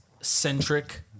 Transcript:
centric